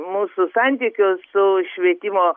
mūsų santykius su švietimo